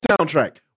soundtrack